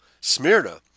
Smyrna